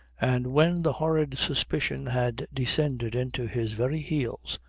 and when the horrid suspicion had descended into his very heels,